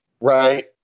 Right